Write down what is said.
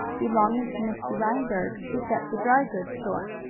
belonging to mr. reinberg, who kept the dry-goods store.